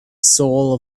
soul